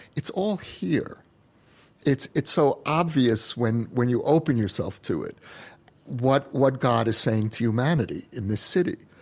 it's all here it's it's so obvious when when you open yourself to it what what god is saying to humanity in this city.